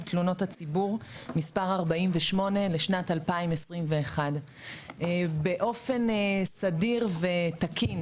תלונות הציבור מס' 48 לשנת 2021. באופן סדיר ותקין